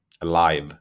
alive